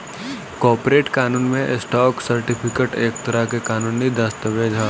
corporate कानून में, stock certificate एक तरह के कानूनी दस्तावेज ह